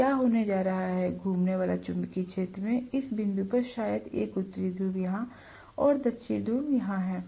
तो क्या होने जा रहा है घूमने वाला चुंबकीय क्षेत्र में इस बिंदु पर शायद एक उत्तरी ध्रुव यहां और दक्षिणी ध्रुव यहां है